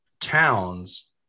towns